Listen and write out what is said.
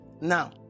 now